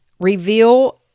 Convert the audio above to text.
Reveal